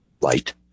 light